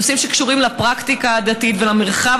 נושאים שקשורים לפרקטיקה הדתית ולמרחב